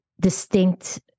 distinct